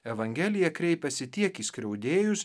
evangelija kreipiasi tiek į skriaudėjus